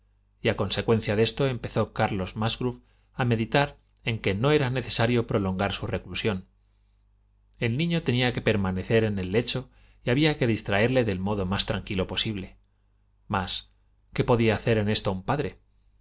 a consecuencia de esto empezó carlos musgrove a meditar en que no era necesario prolongar su reclusión el niño tenía que permanecer en el lecho y había que distraerle del modo más tranquilo posáble mas que podía hacer en esto un padre